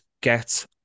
get